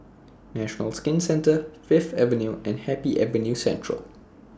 National Skin Centre Fifth Avenue and Happy Avenue Central